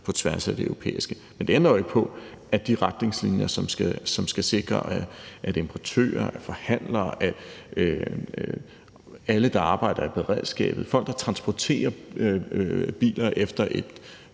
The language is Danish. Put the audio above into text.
på tværs af det europæiske. Men det ændrer jo ikke på, at der er retningslinjer, som skal sikre, at importører, at forhandlere, at alle, der arbejder i beredskabet, folk, der transporterer biler efter en